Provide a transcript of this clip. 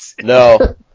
No